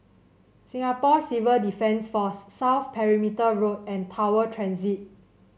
Singapore Civil Defence Force South Perimeter Road and Tower Transit